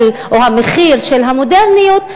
או המחיר של המודרניות,